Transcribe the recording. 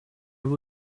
will